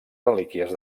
relíquies